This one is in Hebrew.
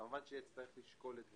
כמובן נצטרך לשקול את דבריהם.